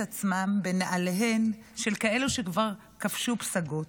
עצמן בנעליהן של כאלו שכבר כבשו פסגות.